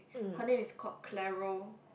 her name is called Clairo